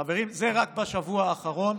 חברים, זה רק בשבוע האחרון,